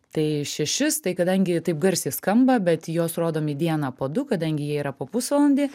tai šešis tai kadangi taip garsiai skamba bet juos rodom į dieną po du kadangi jie yra po pusvalandį